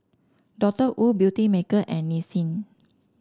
Doctor Wu Beautymaker and Nissin